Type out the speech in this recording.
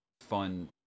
fun